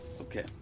Okay